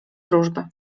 wróżby